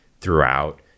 throughout